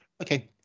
okay